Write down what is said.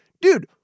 Dude